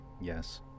Yes